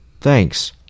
Thanks